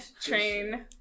train